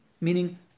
meaning